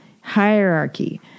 hierarchy